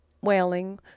Wailing